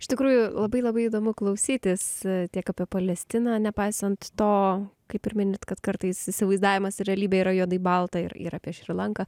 iš tikrųjų labai labai įdomu klausytis tiek apie palestiną nepaisant to kaip ir minit kad kartais įsivaizdavimas ir realybė yra juodai balta ir ir apie šri lanką